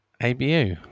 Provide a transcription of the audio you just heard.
ABU